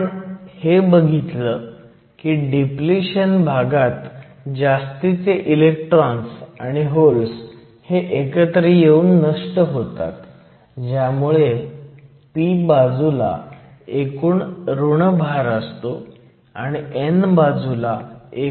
आपण हे बघितलं की डिप्लिशन भागात जास्तीचे इलेक्ट्रॉन आणिभोळस एकत्र येऊन नष्ट होतात ज्यामुळे p बाजूला एकूण ऋण भार असतो आणि n बाजूला एकूण धन भार असतो